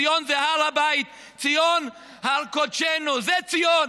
ציון זה הר הבית, ציון זה הר קודשנו, זה ציון.